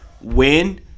win